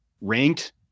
ranked